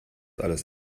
alles